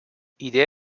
ایده